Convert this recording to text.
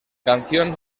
canción